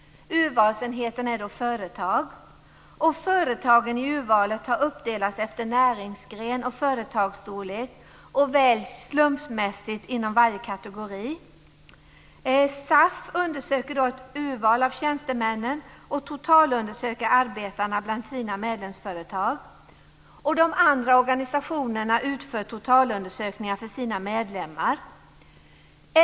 Urvalsenheten är företag. Företagen i urvalet har uppdelats efter näringsgren och företagsstorlek och väljs slumpmässigt inom varje kategori. SAF undersöker ett urval av tjänstemännen och totalundersöker arbetarna bland sina medlemsföretag. De andra organisationerna utför totalundersökningar för sina medlemmar.